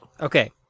Okay